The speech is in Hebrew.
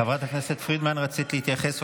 חברת הכנסת פרידמן, רצית להתייחס.